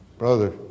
Brother